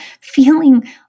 feeling